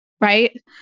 right